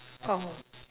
oh